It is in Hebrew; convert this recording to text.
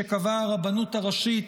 שקבעה הרבנות הראשית